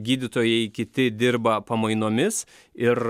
gydytojai kiti dirba pamainomis ir